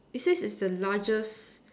it says is the largest